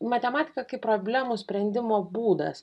matematika kaip problemų sprendimo būdas